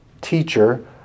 teacher